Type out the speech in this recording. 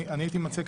אני הייתי מציע,